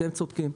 אתם צודקים.